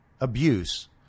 abuse